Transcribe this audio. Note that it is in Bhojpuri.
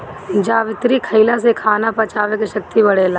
जावित्री खईला से खाना पचावे के शक्ति बढ़ेला